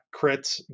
crits